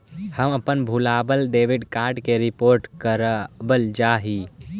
हम अपन भूलायल डेबिट कार्ड के रिपोर्ट करावल चाह ही